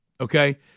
Okay